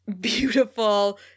beautiful